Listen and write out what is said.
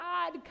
God